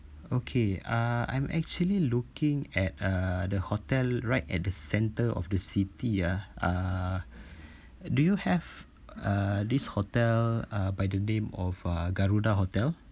okay uh I'm actually looking at uh the hotel right at the centre of the city ah uh do you have uh this hotel uh by the name of uh garuda hotel